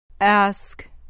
Ask